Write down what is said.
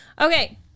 Okay